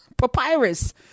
Papyrus